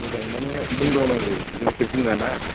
मोजां माने बुंदावनांगौ जोंसो बुङा ना